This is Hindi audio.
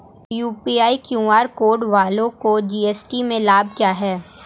यू.पी.आई क्यू.आर कोड वालों को जी.एस.टी में लाभ क्या है?